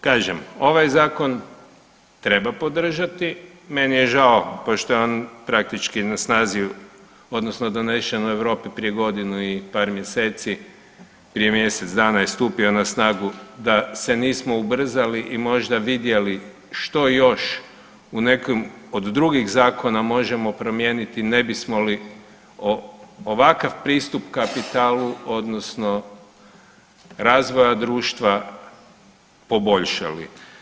Kažem, ovaj zakon treba podržati, meni je žao pošto je praktički na snazi odnosno donesen u Europi prije godinu i par mjeseci, prije mjesec dana je stupio na snagu da se nismo ubrzali i možda vidjeli što još u nekim od drugih zakona možemo promijeniti ne bismo li ovakav pristup kapitalu odnosno razvoja društva poboljšali.